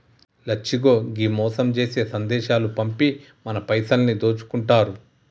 లచ్చిగో ఈ మోసం జేసే సందేశాలు పంపి మన పైసలన్నీ దోసుకుంటారు